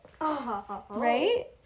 Right